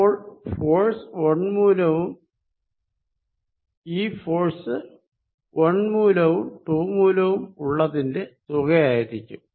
അപ്പോൾ ഈ ഫോഴ്സ് 1 മൂലവും 2 മൂലവും ഉള്ളതിന്റെ തുകയായിരിക്കും